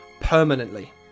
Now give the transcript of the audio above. permanently